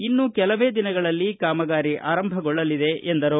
ಇನ್ನೂ ಕೆಲವೇ ದಿನಗಳಲ್ಲಿ ಕಾಮಗಾರಿ ಆರಂಭಗೊಳ್ಳಲಿದೆ ಎಂದರು